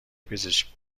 پزشکی